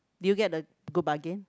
did you get the good bargain